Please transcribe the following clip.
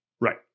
Right